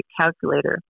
Calculator